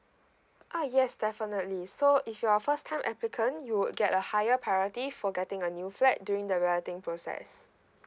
uh yes definitely so if you're a first time applicant you would get a higher priority for getting a new flat during the balloting process